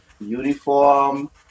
uniform